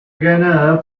ganada